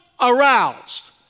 Aroused